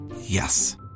Yes